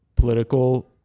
political